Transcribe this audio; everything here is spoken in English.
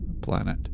planet